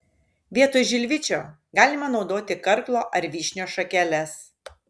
vietoj žilvičio galima naudoti karklo ar vyšnios šakeles